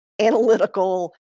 analytical